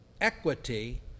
equity